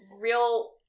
real